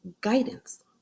guidance